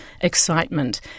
excitement